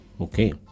Okay